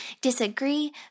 disagree